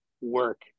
work